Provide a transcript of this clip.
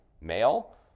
male